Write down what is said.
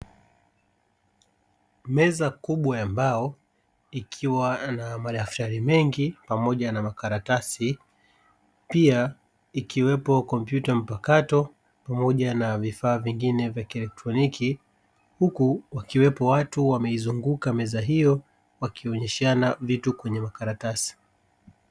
Meza kubwa ya mbao ikiwa na madaftari mengi pamoja na makaratasi, pia ikiwepo komputa mpakato pamoja na vifaa vingine vya kieelectroniki, huku wakiwepo watu wameizunguka meza hiyo wakionyeshana vitu kwenye makaratasi.